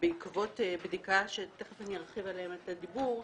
בעקבות בדיקה שתיכף אני ארחיב עליה את הדיבור.